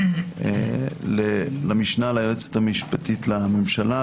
למשנה ליועצת המשפטית לממשלה,